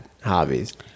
hobbies